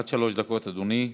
עד שלוש דקות, אדוני.